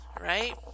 right